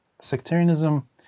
Sectarianism